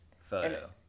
photo